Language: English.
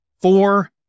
four